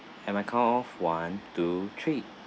at my count of one two three